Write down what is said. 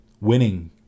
Winning